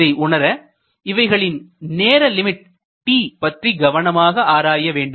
இதை உணர இவைகளின் நேர லிமிட் t பற்றி கவனமாக ஆராய வேண்டும்